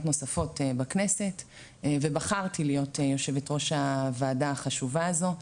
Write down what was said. נוספות בכנסת ובחרתי להיות יו"ר הוועדה החשובה הזו,